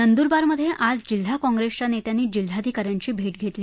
नंद्रबारमधे आज जिल्हा काँप्रेसच्या नेत्यांनी जिल्हाधिका यांची भेट घेतली